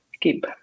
keep